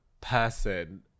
person